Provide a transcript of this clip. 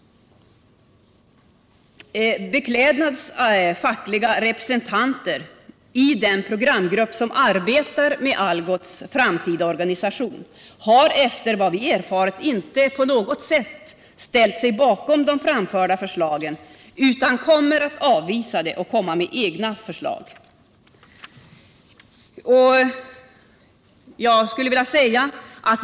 Beklädnads fackliga representanter i den programgrupp som arbetar med Algots framtida organisation har efter vad vi erfarit inte på något sätt ställt sig bakom de framförda förslagen utan kommer att avvisa dem och lägga fram egna förslag.